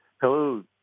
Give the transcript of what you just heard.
Hello